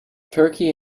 turkey